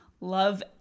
love